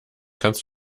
kannst